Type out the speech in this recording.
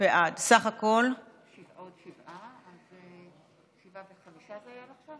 חבר הכנסת מאיר כהן ביקש להצביע?